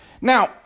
Now